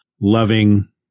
loving